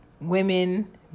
women